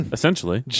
Essentially